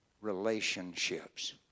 relationships